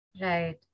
Right